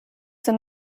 zum